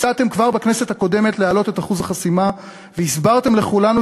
הצעתם כבר בכנסת הקודמת להעלות את אחוז החסימה והסברתם לכולנו